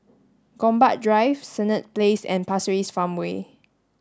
Gombak Drive Senett Place and Pasir Ris Farmway